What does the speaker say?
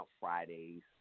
Fridays